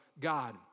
God